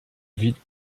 vite